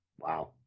Wow